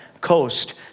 coast